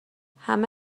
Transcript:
همه